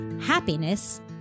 happiness